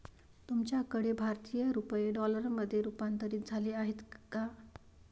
तुमच्याकडे भारतीय रुपये डॉलरमध्ये रूपांतरित झाले आहेत का?